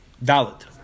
valid